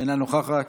אינה נוכחת,